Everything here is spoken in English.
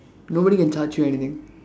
nobody can charge you anything